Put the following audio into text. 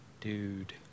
Dude